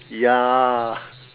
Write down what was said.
ya